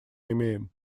имеем